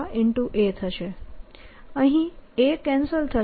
અહીં a cancel થશે